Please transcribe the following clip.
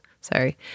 Sorry